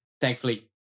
thankfully